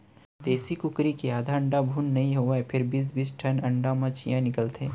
देसी कुकरी के आधा अंडा म भ्रून नइ होवय फेर बीस बीस ठन अंडा म चियॉं निकलथे